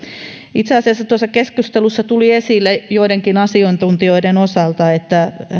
itse asiassa tuossa keskustelussa tuli esille joidenkin asiantuntijoiden osalta että